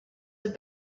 have